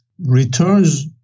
returns